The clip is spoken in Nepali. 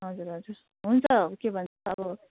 हजुर हजुर हुन्छ के भन्छ अब